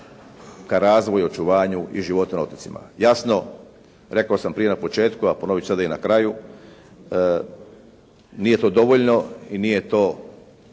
ka razvoju i očuvanju života otocima. Jasno rekao sam prije na početku, a ponoviti ću sada i na kraju, nije to dovoljno i nije to,